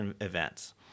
events